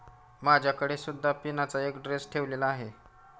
माझ्याकडे सुद्धा पिनाचा एक ड्रेस ठेवलेला आहे